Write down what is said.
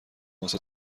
واسه